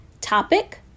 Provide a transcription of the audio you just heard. Topic